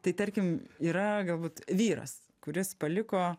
tai tarkim yra galbūt vyras kuris paliko